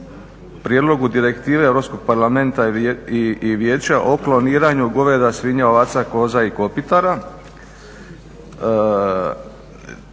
prijedlogu direktive Europskog parlamenta i vijeća o kloniranju goveda, svinja, ovaca, koza i kopitara.